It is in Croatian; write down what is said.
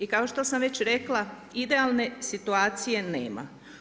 I kao što sam već rekla idealne situacije nema.